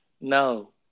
No